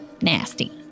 nasty